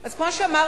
אז כמו שאמרתי,